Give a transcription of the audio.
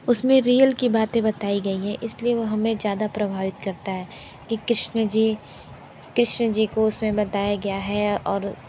उस में रियल की बातें बताई गई हैं इस लिए वो हमें ज़्यादा प्रभावित करता है कि कृष्ण जी कृष्ण जी को उस में बताया गया है और